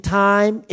time